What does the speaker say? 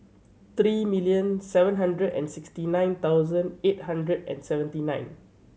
three million seven hundred and sixty nine thousand eight hundred and seventy nine